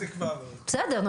אילת זה כבר --- בסדר,